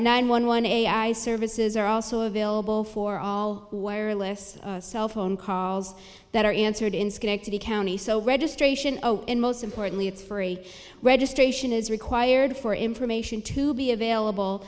nine one one a i services are also available for all wireless cell phone calls that are answered in schenectady county so registration and most importantly it's free registration is required for information to be available